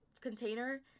container